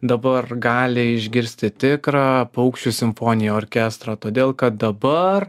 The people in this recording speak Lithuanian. dabar gali išgirsti tikrą paukščių simfoninį orkestrą todėl kad dabar